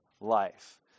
life